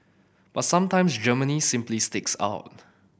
but sometimes Germany simply sticks out